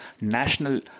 national